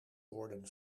worden